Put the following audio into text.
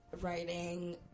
writing